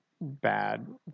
bad